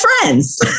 friends